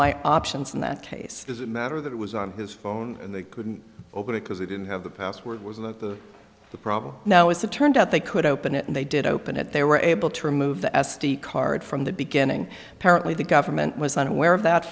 my options in that case does it matter that it was on his phone and they couldn't open it because they didn't have the password was the the problem now is it turned out they could open it and they did open it they were able to remove the s d card from the beginning apparently the government was unaware of that